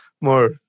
more